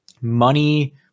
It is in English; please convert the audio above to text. money